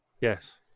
Yes